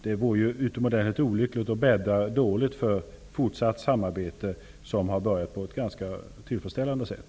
Det senare vore utomordentligt olyckligt, och det bäddar dåligt för en fortsättning på ett samarbete som har börjat på ett ganska tillfredsställande sätt.